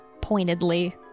pointedly